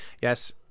Yes